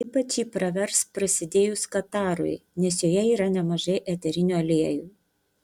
ypač ji pravers prasidėjus katarui nes joje yra nemažai eterinių aliejų